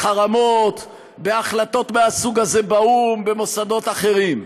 בחרמות, בהחלטות מהסוג הזה באו"ם, במוסדות אחרים.